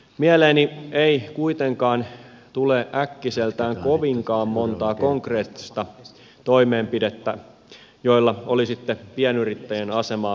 mieleeni ei kuitenkaan tule äkkiseltään kovinkaan montaa konkreettista toimenpidettä joilla olisitte pienyrittäjien asemaa parantaneet